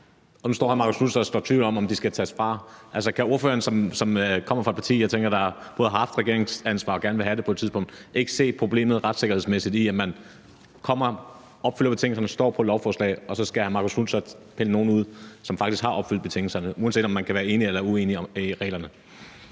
Nu står hr. Marcus Knuth og sår tvivl om, om de skal tages af. Kan ordføreren, som kommer fra et parti, der har haft regeringsansvaret, og som jeg tænker gerne vil have det på et tidspunkt, ikke se problemet retssikkerhedsmæssigt i, at de opfylder betingelserne og står på lovforslaget, og så skal hr. Marcus Knuth så pille nogle af dem ud, som faktisk har opfyldt betingelserne, uanset om man er enig eller uenig i reglerne?